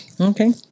okay